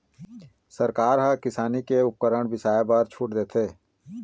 सरकार ह किसानी के उपकरन बिसाए बर छूट देथे